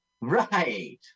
Right